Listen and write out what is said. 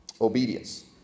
obedience